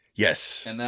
Yes